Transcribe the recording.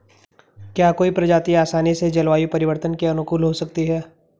क्या कोई प्रजाति आसानी से जलवायु परिवर्तन के अनुकूल हो सकती है?